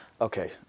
Okay